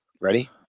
Ready